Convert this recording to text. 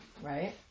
Right